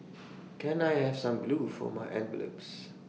can I have some glue for my envelopes